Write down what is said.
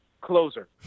Closer